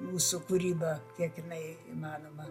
mūsų kūrybą kiek jinai įmanoma